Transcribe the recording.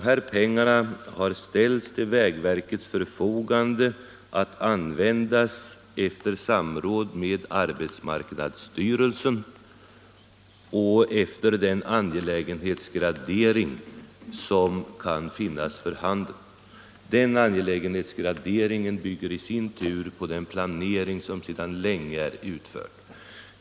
De här pengarna har ställts till vägverkets förfogande för att användas efter samråd med arbetsmarknadsstyrelsen och efter en angelägenhetsgradering som i sin tur bygger på den planering som sedan länge är utförd.